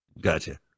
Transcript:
Gotcha